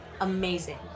amazing